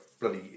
bloody